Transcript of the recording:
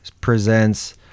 presents